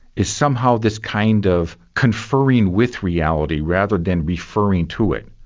is somehow this kind of conferring with reality, rather than referring to it.